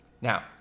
Now